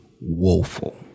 woeful